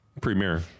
premiere